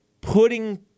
putting